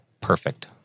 perfect